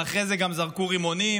ואחרי זה גם זרקו רימונים,